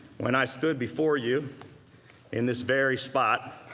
when i stood before you in this very spot,